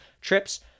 trips